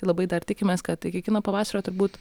labai dar tikimės kad iki kino pavasario turbūt